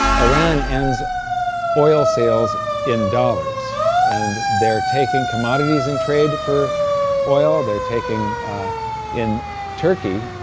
iran ends oil sales in dollars and they're taking commodities in trade for oil, they're taking in turkey,